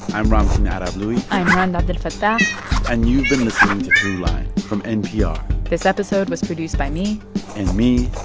i'm ramtin ah arablouei i'm rund abdelfatah and you've been listening to throughline from npr this episode was produced by me and me.